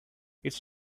it’s